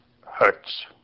hurts